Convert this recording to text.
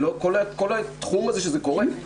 כל התחום הזה שזה קורה,